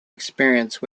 experience